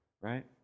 right